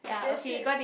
that's it